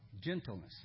Gentleness